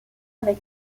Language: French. avec